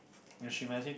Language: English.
and she honestly